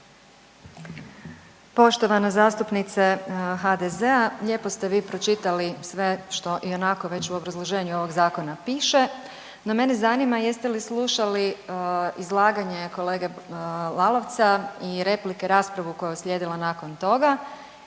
Poštovana zastupnice HDZ-a lijepo ste vi pročitali sve što ionako već u obrazloženju ovog zakona piše, no mene zanima jeste li slušali izlaganje kolege Lalovca i replike, raspravu koja je uslijedila nakon toga.